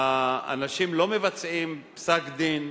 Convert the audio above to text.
שהאנשים לא מבצעים פסק-דין,